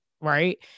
right